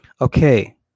Okay